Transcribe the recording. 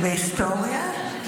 והיסטוריה?